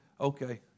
Okay